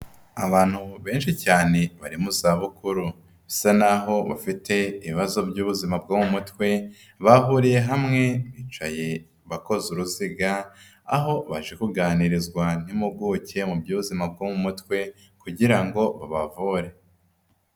Abantu benshi cyane bari mu zabukuru, bisa naho bafite ibibazo by'ubuzima bwo mu mutwe, bahuriye hamwe bicaye bakoze uruziga aho baje kuganirizwa n'impuguke mu by'ubuzima bwo mu mutwe kugira ngo babavure.